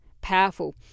Powerful